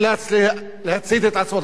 נאלץ להצית את עצמו,